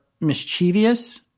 mischievous